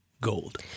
gold